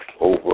over